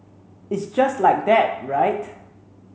it's just like that right